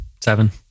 Seven